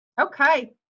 okay